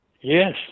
Yes